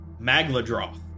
magladroth